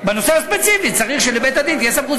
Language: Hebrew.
בנושא הספציפי צריך שלבית-הדין תהיה סמכות,